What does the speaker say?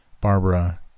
Barbara